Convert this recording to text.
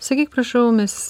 sakyk prašau mes